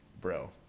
Bro